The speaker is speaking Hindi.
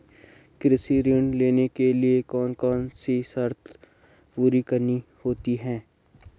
कृषि ऋण लेने के लिए कौन कौन सी शर्तें पूरी करनी होती हैं?